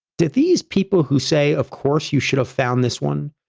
did these people who say, of course, you should have found this one,